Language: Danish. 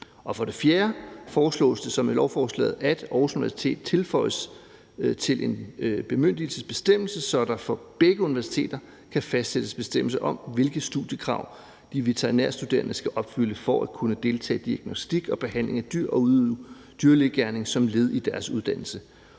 For det fjerde foreslås det så med lovforslaget, at der for Aarhus Universitet tilføjes en bemyndigelsesbestemmelse, så der for begge universiteter kan fastsættes bestemmelse om, hvilke studiekrav de veterinærstuderende skal opfylde for at kunne deltage i diagnostik og behandling dyr og udøve dyrlægegerning som led i deres uddannelse.